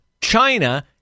China